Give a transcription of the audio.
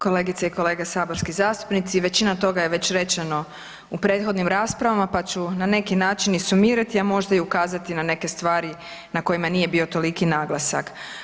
Kolegice i kolege saborski zastupnici većina toga je već rečeno u prethodnim raspravama pa ću na neki način i sumirati, a možda i ukazati na neke stvari na kojima nije bio toliki naglasak.